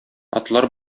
атлар